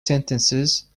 sentences